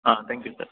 ah thank you sir